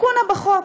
לקונה בחוק.